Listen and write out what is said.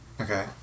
okay